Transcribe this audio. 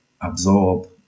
absorb